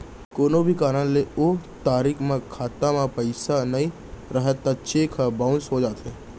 कोनो भी कारन ले ओ तारीख म खाता म पइसा नइ रहय त चेक ह बाउंस हो जाथे